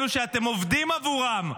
אלו שאתם עובדים עבורם,